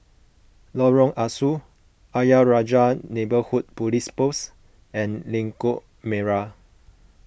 Lorong Ah Soo Ayer Rajah Neighbourhood Police Post and Lengkok Merak